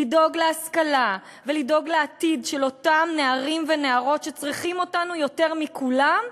לדאוג להשכלה ולדאוג לעתיד של נערים ונערות שצריכים אותנו יותר מכולם,